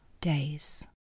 days